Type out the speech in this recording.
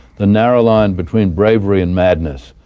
the narrow line between bravery and madness.